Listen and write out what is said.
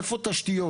איפה תשתיות?